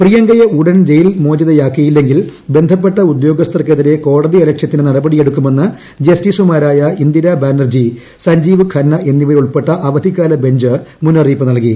പ്രിയങ്കയെ ഉടൻ ജയിൽ മോചിതയാക്കിയില്ലെങ്കിൽ ബന്ധപ്പെട്ട ഉദ്യോഗസ്ഥർക്കെതിരെ കോടതിയലക്ഷ്യത്തിന് നടപടിയെടുക്കുമെന്ന് ജസ്റ്റീസുമാരായ ഇന്ദിരാ ബാനർജി സൃത്ജീവ് ഖന്ന എന്നിവരുൾപ്പെട്ട അവധിക്കാല ബഞ്ച് മുന്നറിയിപ്പു നൽകി